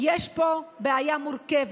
"יש פה בעיה מורכבת,